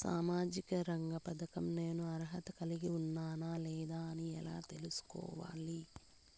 సామాజిక రంగ పథకం నేను అర్హత కలిగి ఉన్నానా లేదా అని ఎలా తెల్సుకోవాలి?